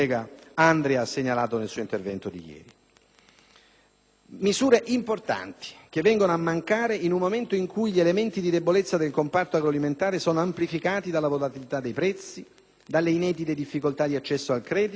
misure importanti che vengono a mancare in un momento in cui gli elementi di debolezza del comparto agroalimentare sono amplificati dalla volatilità dei prezzi, dalle inedite difficoltà di accesso al credito e da un ruolo sempre meno incisivo del sostegno pubblico.